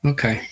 Okay